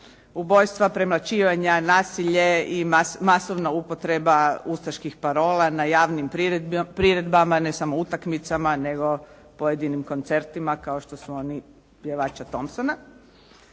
ubojstva, premlaćivanja, nasilje i masovna upotreba ustaških parola na javnim priredbama ne samo utakmicama nego i pojedinim koncertima kao što su oni pjevača Thompsona.